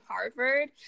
Harvard